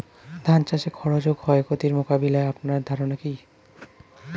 ধান চাষের খরচ ও ক্ষয়ক্ষতি মোকাবিলায় আপনার ধারণা কী?